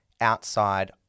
outside